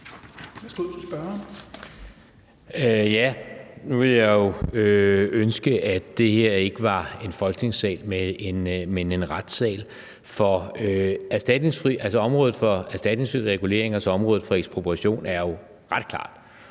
jeg jo ønske, at det her ikke var en Folketingssal, men en retssal, for området for erstatningsfri regulering og området for ekspropriation er jo ret klart.